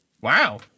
Wow